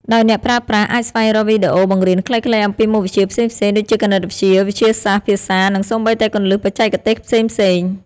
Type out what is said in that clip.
ដោយអ្នកប្រើប្រាស់អាចស្វែងរកវីដេអូបង្រៀនខ្លីៗអំពីមុខវិជ្ជាផ្សេងៗ ដូចជាគណិតវិទ្យា វិទ្យាសាស្ត្រ ភាសា និងសូម្បីតែគន្លឹះបច្ចេកទេសផ្សេងៗ។